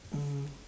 mm